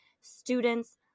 students